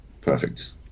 Perfect